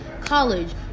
college